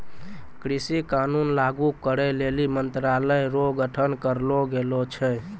कृषि कानून लागू करै लेली मंत्रालय रो गठन करलो गेलो छै